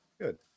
good